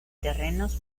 terrenos